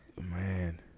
man